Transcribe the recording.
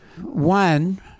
One